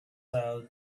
sell